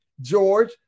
George